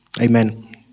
Amen